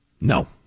No